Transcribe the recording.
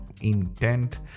intent